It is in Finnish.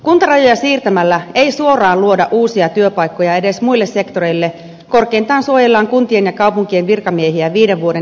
kuntarajoja siirtämällä ei suoraan luoda uusia työpaikkoja edes muille sektoreille korkeintaan suojellaan kuntien ja kaupunkien virkamiehiä viiden vuoden irtisanomissuojan avulla